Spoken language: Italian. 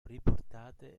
riportate